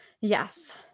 Yes